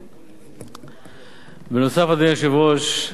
בנוסף, אדוני היושב-ראש,